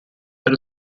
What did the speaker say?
per